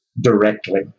directly